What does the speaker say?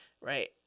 right